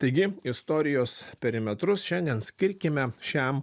taigi istorijos perimetrus šiandien skirkime šiam